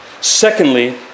Secondly